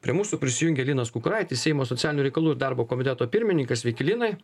prie mūsų prisijungė linas kukuraitis seimo socialinių reikalų ir darbo komiteto pirmininkas sveiki linai